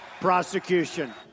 prosecution